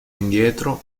indietro